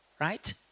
right